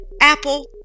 apple